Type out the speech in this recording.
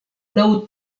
laŭ